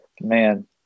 man